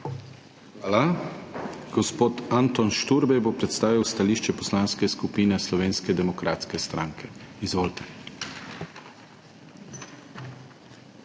Hvala. Gospod Anton Šturbej bo predstavil stališče Poslanske skupine Slovenske demokratske stranke. Izvolite.